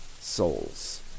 souls